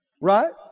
Right